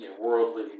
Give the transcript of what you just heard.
worldly